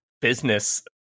business